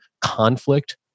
conflict